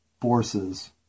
forces